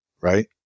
Right